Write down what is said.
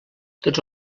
tots